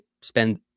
spend